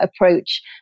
approach